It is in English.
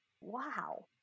wow